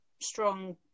strong